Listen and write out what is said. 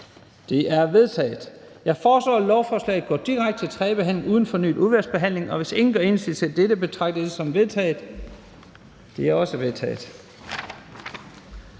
Det er vedtaget. Jeg foreslår, at lovforslaget går direkte til tredje behandling uden fornyet udvalgsbehandling. Hvis ingen gør indsigelse imod dette, betragter jeg det som vedtaget. Det er også vedtaget.